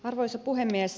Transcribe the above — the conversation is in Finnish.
arvoisa puhemies